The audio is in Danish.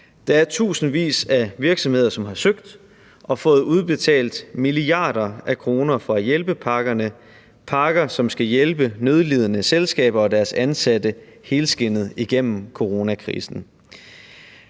Der er tusindvis af virksomheder, som har søgt og tilsammen fået udbetalt milliarder af kroner fra hjælpepakkerne – pakker, som skal hjælpe nødlidende selskaber og deres ansatte helskindet gennem coronakrisen.